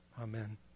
Amen